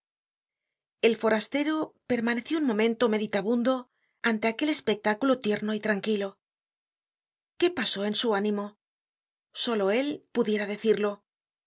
el forastero permaneció un momento meditabundo ante aquel espectáculo tierno y tranquilo qué pasó en su ánimo solo él pudiera decirlo